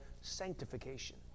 sanctification